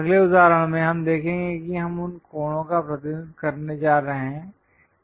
अगले उदाहरण में हम देखेंगे कि हम उन कोणों का प्रतिनिधित्व करने जा रहे हैं